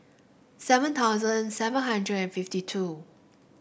seven thousand seven hundred and fifty two